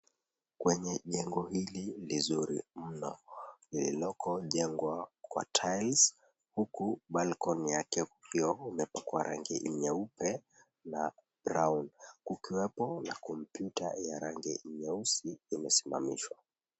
Kwenye jengo hili lizuri mno lililoko jengwa kwa tiles huku balcony yake kukiwa imepakwa rangi ya nyeupe na brown na kompyuta ya rangi nyeusi imesimamishwa.